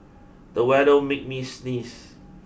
the weather made me sneeze